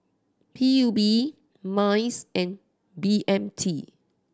P U B MICE and B M T